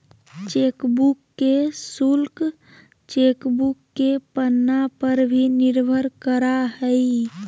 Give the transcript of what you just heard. chequebook के शुल्क chequebook के पन्ना पर भी निर्भर करा हइ